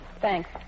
Thanks